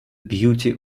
beauty